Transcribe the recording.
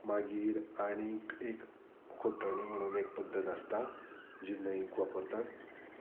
मागीर आनीक एक खोटणी म्हणून एक पद्दत आसता जी न्हंयक वापरतात